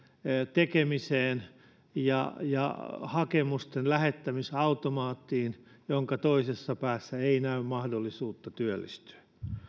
tekemiseen ja ja hakemustenlähettämisautomaattiin jonka toisessa päässä ei näy mahdollisuutta työllistyä